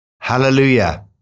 Hallelujah